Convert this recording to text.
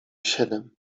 siedem